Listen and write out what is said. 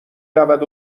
رود